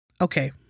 Okay